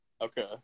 Okay